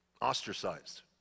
ostracized